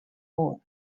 vote